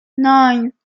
nine